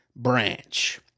branch